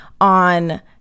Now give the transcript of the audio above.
on